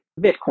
Bitcoin